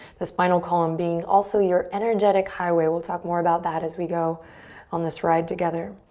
the spinal column being also your energetic highway. we'll talk more about that as we go on this ride together.